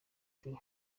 bihugu